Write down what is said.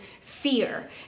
fear